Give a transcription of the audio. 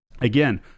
Again